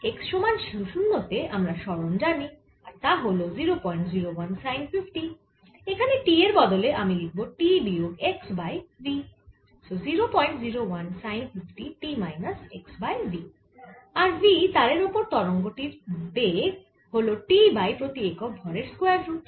x সমান 0 তে আমরা সরণ জানি আর তা হল 001 সাইন 50 এখানে t এর বদলে আমি লিখব t বিয়োগ x বাই v আর v তারের ওপর তরঙ্গ টির বেগ হল T বাই প্রতি একক ভরের স্কয়ার রুট